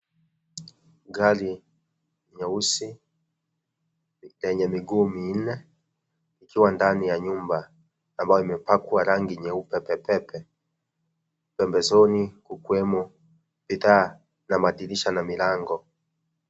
Gari nyeusi yenye miguu minne ikiwa ndani ya nyumba ambayo imepakwa rangi nyeupe pe pe pe. Pembezoni kukiwemo bidhaa na madirisha na milango.